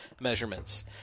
measurements